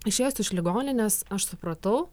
išėjus iš ligoninės aš supratau